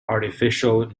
artificial